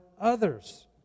others